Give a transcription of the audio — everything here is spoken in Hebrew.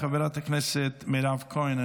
חברת הכנסת מירב כהן,